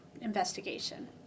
investigation